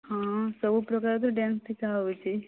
ହଁ ସବୁପ୍ରକାର ତ ଡ୍ୟାନ୍ସ ଶିଖା ହେଉଛି